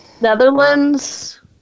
Netherlands